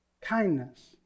Kindness